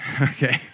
okay